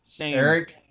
Eric